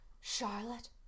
Charlotte